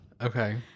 Okay